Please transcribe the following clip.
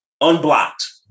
unblocked